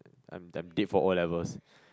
I'm I'm dead for O-levels